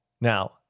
Now